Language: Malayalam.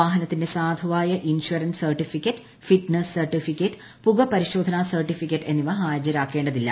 വാഹനത്തിന്റെ സാധുവായ ഇൻഷുറൻസ് സർട്ടിഫിക്കറ്റ് ഫിറ്റ്നസ് സർട്ടിഫിക്കറ്റ് പുക പരിശോധനാ സർട്ടിഫിക്കറ്റ് എന്നിവ ഹാജരാക്കേണ്ടതില്ല